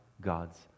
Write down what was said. God's